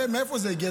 הרי מאיפה זה הגיע?